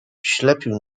ślepił